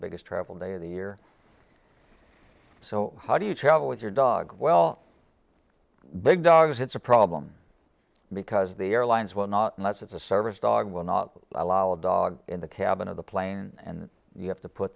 biggest travel day of the year so how do you travel with your dog well big dogs it's a problem because the airlines will not unless it's a service dog will not allow a dog in the cabin of the plane and you have to put